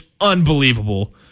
unbelievable